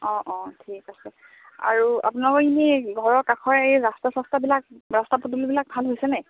অঁ অঁ ঠিক আছে আৰু আপোনালোকৰ এনেই ঘৰৰ কাষত এই ৰাস্তা চাস্তাবিলাক ৰাস্তা পদূলিবোলাক ভাল হৈছেনে